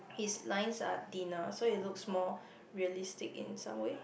his lines are thinner so it looks more realistic in some way